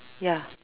ya